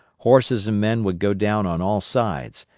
horses and men would go down on all sides,